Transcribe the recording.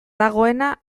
dagoena